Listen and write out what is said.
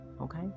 okay